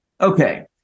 Okay